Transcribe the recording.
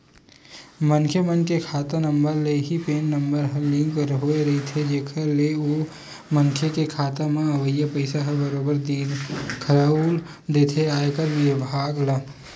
मनखे मन के खाता नंबर ले ही पेन नंबर ह लिंक होय रहिथे जेखर ले ओ मनखे के खाता म अवई पइसा ह बरोबर दिखउल देथे आयकर बिभाग ल